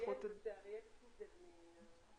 להתייחס.